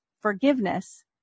forgiveness